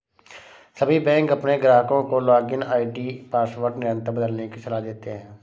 सभी बैंक अपने ग्राहकों को लॉगिन आई.डी पासवर्ड निरंतर बदलने की सलाह देते हैं